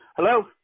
Hello